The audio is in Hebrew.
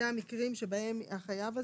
זה המקרים שבהם החייב הזה,